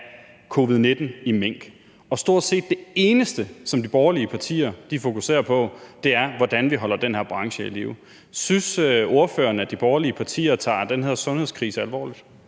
coronavirus i mink, og det stort set eneste, som de borgerlige partier fokuserer på, er, hvordan vi holder den her branche i live. Synes ordføreren, at de borgerlige partier tager den her sundhedskrise alvorligt?